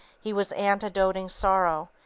he was antidoting sorrow,